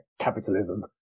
capitalism